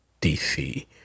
DC